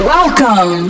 Welcome